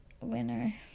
winner